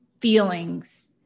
feelings